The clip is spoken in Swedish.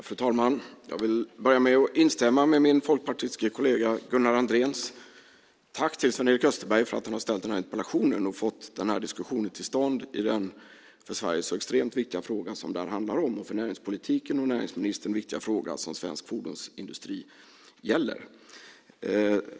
Fru talman! Jag börjar med att instämma i min folkpartistiske kollega Gunnar Andréns tack till Sven-Erik Österberg för att han har ställt denna interpellation och fått denna diskussion till stånd i denna för Sverige, för näringspolitiken och för näringsministern så extremt viktiga fråga om svensk fordonsindustri som detta handlar om.